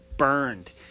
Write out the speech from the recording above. burned